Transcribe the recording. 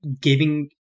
giving